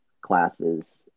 classes